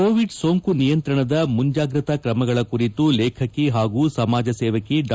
Covid ಸೋಂಕು ನಿಯಂತ್ರಣದ ಮುಂಜಾಗ್ರತಾ ಕ್ರಮಗಳ ಕುರಿತು ಲೇಖಕಿ ಹಾಗೂ ಸಮಾಜಸೇವಕಿ ಡಾ